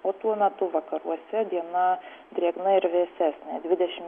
o tuo metu vakaruose diena drėgna ir vėsesnė dvidešim